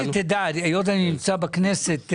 הזאת יש חברת בת שמייצרת להבי טורבינה.